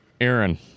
Aaron